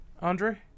Andre